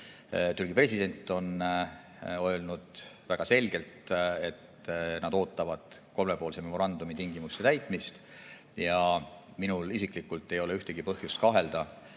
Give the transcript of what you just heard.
Türgi president on öelnud väga selgelt, et nad ootavad kolmepoolse memorandumi tingimuste täitmist. Ja minul isiklikult ei ole ühtegi põhjust kahelda